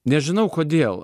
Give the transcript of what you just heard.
nežinau kodėl